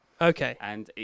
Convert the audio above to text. Okay